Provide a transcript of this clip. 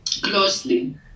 closely